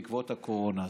בעקבות הקורונה.